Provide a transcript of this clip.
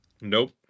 Nope